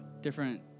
different